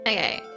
Okay